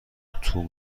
اتو